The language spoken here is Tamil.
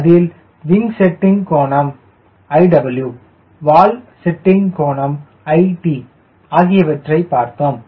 அதில் விங் செட்டிங் கோணம் iw வால் செட்டிங் கோணம் it ஆகியவற்றைப் பார்த்தோம்